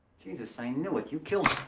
jesus, i knew it, you killed